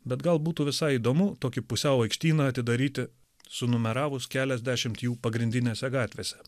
bet gal būtų visai įdomu tokį pusiau aikštyną atidaryti sunumeravus keliasdešimt jų pagrindinėse gatvėse